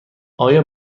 آیا